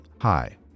hi